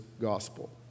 gospel